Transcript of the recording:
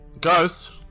Ghost